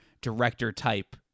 director-type